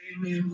Amen